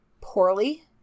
poorly